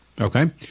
Okay